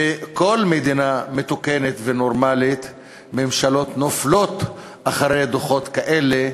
בכל מדינה מתוקנת ונורמלית ממשלות נופלות אחרי דוחות כאלה.